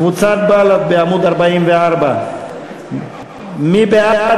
קבוצת בל"ד בעמוד 44. מי בעד,